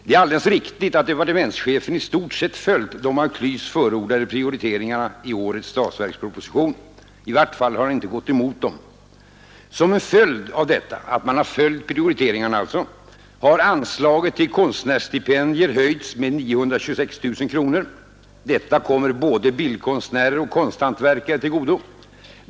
Det är alldeles riktigt att departementschefen i årets statsverksproposition i stort sett har följt de av KLYS förordade prioriteringarna. I varje fall har han inte gått emot dem. Som en följd härav har anslaget till konstnärsstipendier höjts med 926 000 kronor. Detta kommer både bildkonstnärer och konsthantverkare till godo.